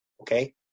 okay